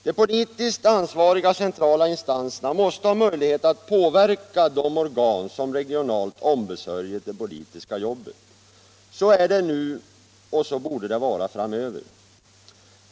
De politiskt ansvariga centrala instanserna måste ha möjlighet att påverka de organ som regionalt ombesörjer det politiska jobbet. Så är det nu och så borde det vara framöver.